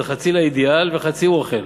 זה חצי לאידיאל וחצי הוא אוכל.